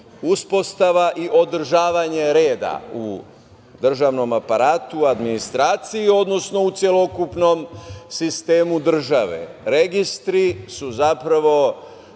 uspostava i održavanje reda u državnom aparatu, administraciji, odnosno u celokupnom sistemu države. Registri su zapravo